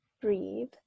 breathe